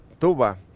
Tuba